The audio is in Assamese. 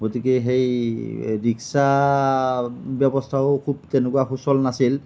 গতিকে সেই ৰিক্সা ব্যৱস্থাও খুব তেনেকুৱা সুচল নাছিল